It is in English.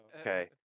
Okay